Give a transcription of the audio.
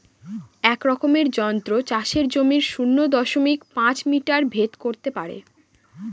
এক রকমের যন্ত্র চাষের জমির শূন্য দশমিক পাঁচ মিটার ভেদ করত পারে